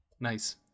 Nice